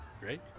Great